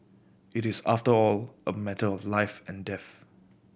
it is after all a matter of life and death